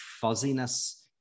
fuzziness